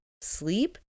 sleep